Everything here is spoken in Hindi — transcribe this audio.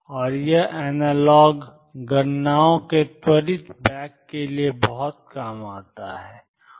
और यह एनालॉग गणनाओं के त्वरित बैक के लिए बहुत काम आता है